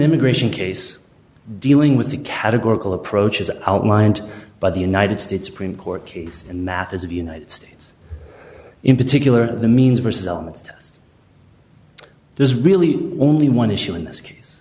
immigration case dealing with the categorical approach as outlined by the united states supreme court case and matters of united states in particular the means versus elements there's really only one issue in this case